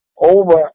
over